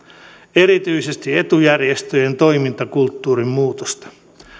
erityisesti etujärjestöjen toimintakulttuurin muutosta